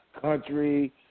country